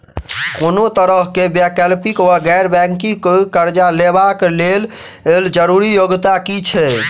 कोनो तरह कऽ वैकल्पिक वा गैर बैंकिंग कर्जा लेबऽ कऽ लेल जरूरी योग्यता की छई?